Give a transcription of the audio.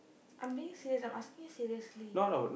I being serious I'm asking you seriously